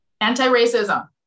anti-racism